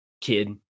kid